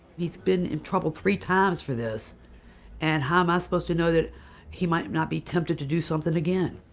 he's been in trouble three times for this and how am i supposed to know that he might not be tempted to do something again?